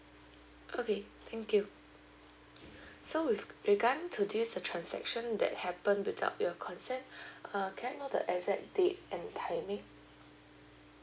okay thank you so with regarding to this uh transaction that happen without your consent uh can I know the exact date and timing